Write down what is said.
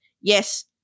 yes